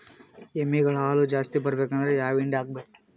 ಎಮ್ಮಿ ಗಳ ಹಾಲು ಜಾಸ್ತಿ ಬರಬೇಕಂದ್ರ ಯಾವ ಹಿಂಡಿ ಹಾಕಬೇಕು?